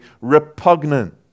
repugnant